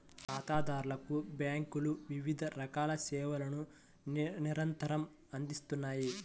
ఖాతాదారులకు బ్యేంకులు వివిధ రకాల సేవలను నిరంతరం అందిత్తన్నాయి